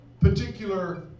particular